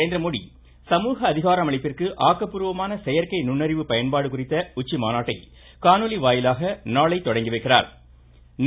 நரேந்திரமோடி சமூக அதிகாரமளிப்பிற்கு ஆக்கப்பூர்வமான செயற்கை நுண்ணறிவு பயன்பாடு குறித்த உச்சிமாநாட்டை காணொலி வாயிலாக நாளை தொடங்கி வைக்கிறார்